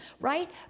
right